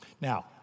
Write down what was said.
Now